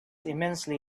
immensely